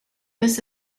this